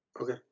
Okay